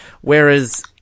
Whereas